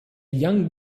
young